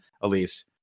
Elise